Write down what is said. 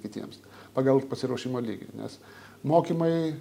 kitiems pagal pasiruošimo lygį nes mokymai